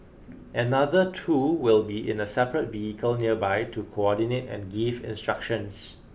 another two will be in a separate vehicle nearby to coordinate and give instructions